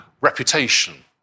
reputation